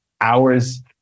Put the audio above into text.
hours